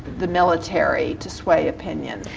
the military to sway opinion.